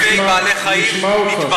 מאות או אלפי בעלי חיים נטבחים.